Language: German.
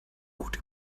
gut